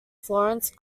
florence